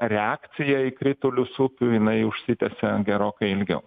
reakcija į kritulius upių jinai užsitęsia gerokai ilgiau